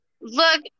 Look